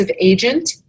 agent